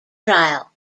trial